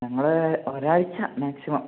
ഞങ്ങൾ ഒരാഴ്ച മാക്സിമം